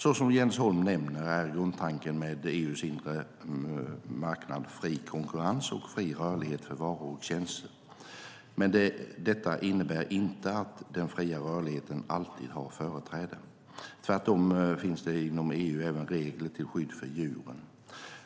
Så som Jens Holm nämner är grundtanken med EU:s inre marknad fri konkurrens och fri rörlighet för varor och tjänster, men detta innebär inte att den fria rörligheten alltid har företräde. Tvärtom finns inom EU även regler till skydd för djuren.